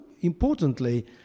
importantly